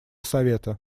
совета